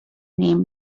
name